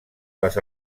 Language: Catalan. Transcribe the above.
les